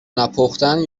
نپختن